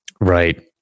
Right